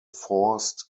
forced